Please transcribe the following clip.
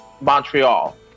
Montreal